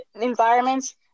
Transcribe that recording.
environments